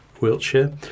Wiltshire